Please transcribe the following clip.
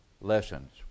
lessons